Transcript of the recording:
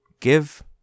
Give